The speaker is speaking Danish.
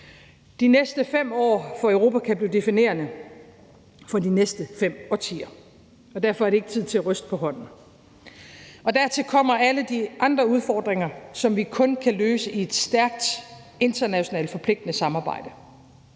De næste 5 år kan for Europa blive definerende for de næste fem årtier, og derfor er det ikke tiden til at ryste på hånden. Dertil kommer alle de andre udfordringer, som vi kun kan løse i et stærkt internationalt forpligtende samarbejde.